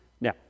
now